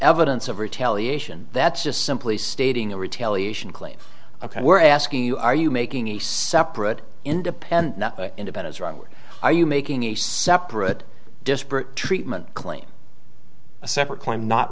evidence of retaliation that's just simply stating a retaliation claim ok we're asking you are you making a separate independent independence wrong or are you making a separate disparate treatment claim a separate claim not